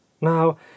Now